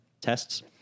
tests